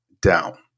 down